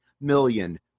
million